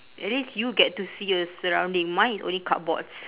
at least you get to see the surrounding mine is only cardboards